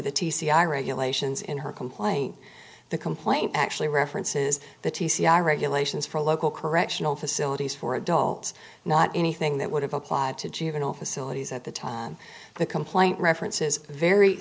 the t c r regulations in her complaint the complaint actually references the regulations for local correctional facilities for adults not anything that would have applied to juvenile facilities at the time the complaint references very